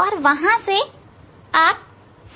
और वहां से आप